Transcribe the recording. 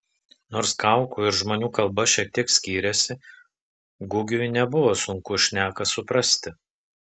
nors kaukų ir žmonių kalba šiek tiek skyrėsi gugiui nebuvo sunku šneką suprasti